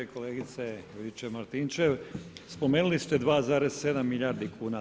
Kolegice Juričev-Martinčev, spomenuli ste 2,7 milijardi kuna.